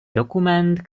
dokument